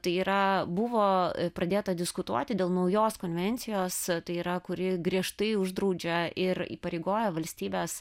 tai yra buvo pradėta diskutuoti dėl naujos konvencijos tai yra kuri griežtai uždraudžia ir įpareigoja valstybes